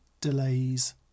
delays